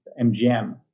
MGM